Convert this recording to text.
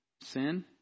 Sin